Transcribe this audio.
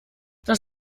das